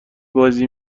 بازی